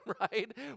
right